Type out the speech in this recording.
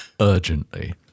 urgently